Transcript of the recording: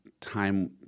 time